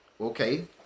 Okay